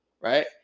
Right